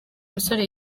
musore